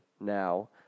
now